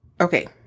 Okay